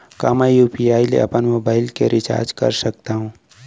का मैं यू.पी.आई ले अपन मोबाइल के रिचार्ज कर सकथव?